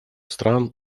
стран